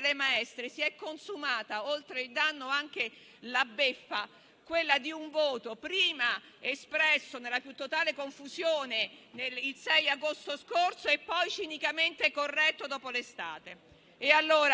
delle maestre si è consumata, oltre al danno, anche la beffa: quella di un voto prima espresso nella più totale confusione il 6 agosto scorso e poi cinicamente corretto dopo l'estate.